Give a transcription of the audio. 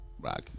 Rocky